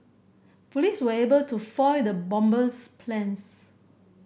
police were able to foil the bomber's plans